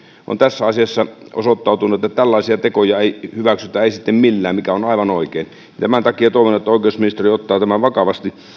on tässä asiassa osoittanut että tällaisia tekoja ei hyväksytä ei sitten millään mikä on aivan oikein tämän takia toivon että oikeusministeriö ottaa tämän vakavasti